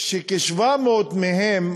כ-700 מהם,